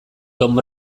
tomb